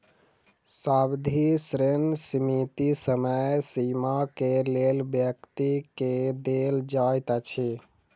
सावधि ऋण सीमित समय सीमा के लेल व्यक्ति के देल जाइत अछि